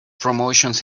promotions